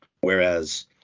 Whereas